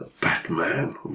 Batman